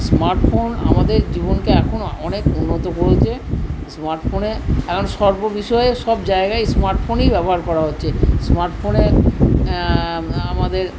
smart phone আমাদের জীবনকে এখন অনেক উন্নত করেছে স্মার্ট ফোনে এখন সর্ববিষয়ে সবজায়গায় স্মার্ট ফোনই ব্যবহার করা হচ্ছে স্মার্ট ফোনে আমাদের